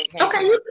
Okay